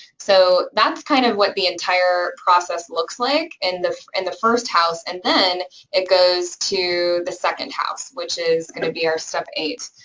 so that's kind of what the entire process looks like in the and the first house, and then it goes to the second house, which is gonna be our step eight.